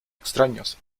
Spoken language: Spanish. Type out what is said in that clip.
extraños